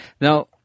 now